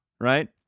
right